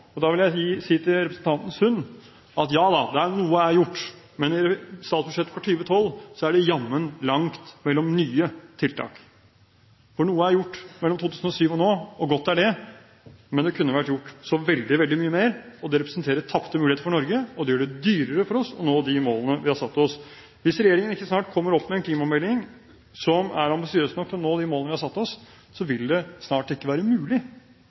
Da vil jeg si til representanten Sund: Jada, noe er gjort, men i statsbudsjettet for 2012 er det jammen langt mellom nye tiltak. Noe er gjort mellom 2007 og nå, og godt er det, men det kunne vært gjort så veldig, veldig mye mer. Det representerer tapte muligheter for Norge, og det gjør det dyrere for oss å nå de målene vi har satt oss. Hvis regjeringen ikke snart kommer opp med en klimamelding som er ambisiøs nok til at vi når de målene vi har satt oss, vil det snart ikke være mulig